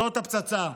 זאת הפצצה.